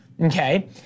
okay